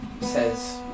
says